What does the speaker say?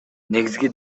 негизги